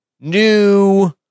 new